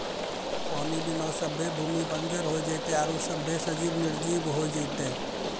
पानी बिना सभ्भे भूमि बंजर होय जेतै आरु सभ्भे सजिब निरजिब होय जेतै